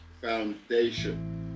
Foundation